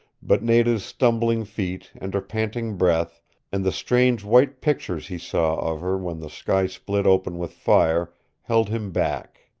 but nada's stumbling feet and her panting breath and the strange white pictures he saw of her when the sky split open with fire held him back.